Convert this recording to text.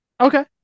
Okay